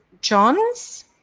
Johns